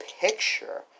picture